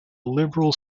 liberal